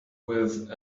with